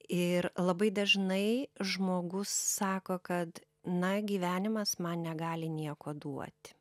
ir labai dažnai žmogus sako kad na gyvenimas man negali nieko duot